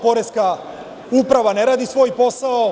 Poreska uprava ne radi svoj posao.